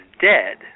dead